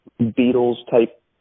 Beatles-type